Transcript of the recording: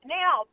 now